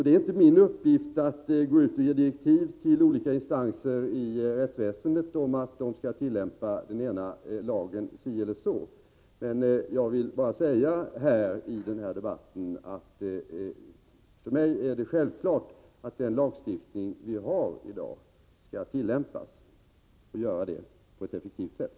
Det är inte min uppgift att gå ut med direktiv till olika instanser i rättsväsendet om att de skall tillämpa den ena lagen så eller så, men jag vill bara säga här i denna debatt att för mig är det självklart att den lagstiftning vi har i dag skall tillämpas på ett effektivt sätt.